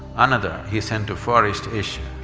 another he sent to far east asia,